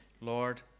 Lord